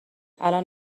الان